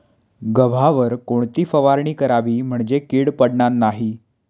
गव्हावर कोणती फवारणी करावी म्हणजे कीड पडणार नाही?